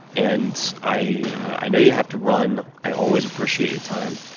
and i know you have to run. i always appreciate your time.